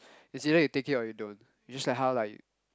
it's either you take it or you don't you just like how like you